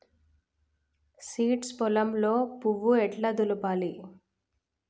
Seeds పొలంలో పువ్వు ఎట్లా దులపాలి?